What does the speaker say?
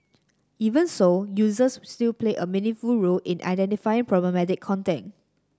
even so users still play a meaningful role in identifying problematic content